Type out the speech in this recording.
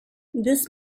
this